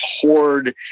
horde